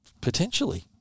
Potentially